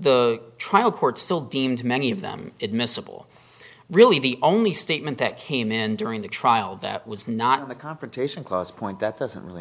the trial court still deemed many of them admissible really the only statement that came in during the trial that was not the confrontation clause point that doesn't really